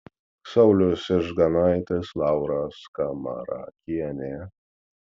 saulius ižganaitis laura skamarakienė